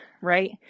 right